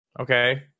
Okay